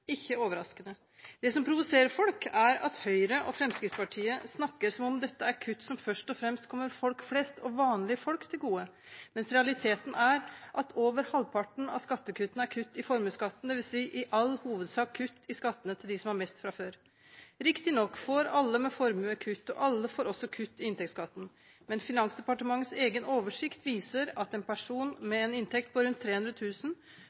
ikke overraskende. Det som provoserer folk, er at Høyre og Fremskrittspartiet snakker som om dette er kutt som først og fremst kommer folk flest og vanlige folk til gode, mens realiteten er at over halvparten av skattekuttene er kutt i formuesskatten, dvs. i all hovedsak kutt i skattene til dem som har mest fra før. Riktignok får alle med formue kutt, og alle får også kutt i inntektsskatten, men Finansdepartementets egen oversikt viser at en person med en inntekt på rundt